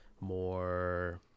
more